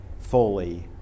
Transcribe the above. fully